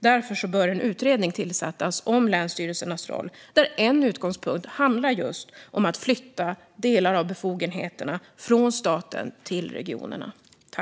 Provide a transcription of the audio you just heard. Därför bör en utredning tillsättas om länsstyrelsernas roll, där en utgångspunkt handlar just om att flytta delar av befogenheterna från staten till regionerna.